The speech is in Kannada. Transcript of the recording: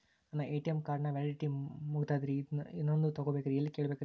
ನನ್ನ ಎ.ಟಿ.ಎಂ ಕಾರ್ಡ್ ನ ವ್ಯಾಲಿಡಿಟಿ ಮುಗದದ್ರಿ ಇನ್ನೊಂದು ತೊಗೊಬೇಕ್ರಿ ಎಲ್ಲಿ ಕೇಳಬೇಕ್ರಿ?